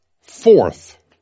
Fourth